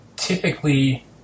typically